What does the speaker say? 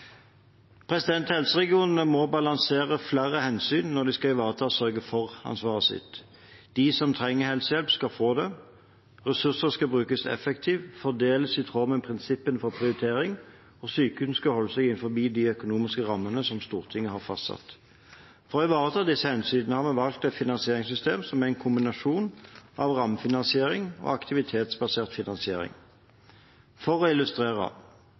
årene. Helseregionene må balansere flere hensyn når de skal ivareta sørge-for-ansvaret sitt. De som trenger helsehjelp, skal få det, ressurser skal brukes effektivt og fordeles i tråd med prinsippene for prioritering, og sykehusene skal holde seg innenfor de økonomiske rammene som Stortinget har fastsatt. For å ivareta disse hensynene har vi valgt et finansieringssystem som er en kombinasjon av rammefinansiering og aktivitetsbasert finansiering. For å illustrere: